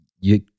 you-